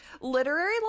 Literary